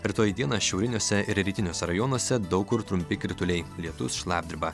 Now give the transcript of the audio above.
rytoj dieną šiauriniuose ir rytiniuose rajonuose daug kur trumpi krituliai lietus šlapdriba